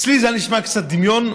אצלי זה נשמע קצת דמיון,